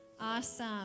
Awesome